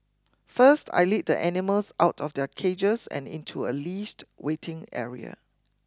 first I lead the animals out of their cages and into a leashed waiting area